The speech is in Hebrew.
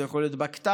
זה יכול להיות בקת"בים,